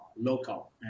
Local